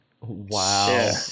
Wow